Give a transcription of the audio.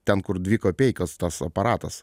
ten kur dvi kapeikas tas aparatas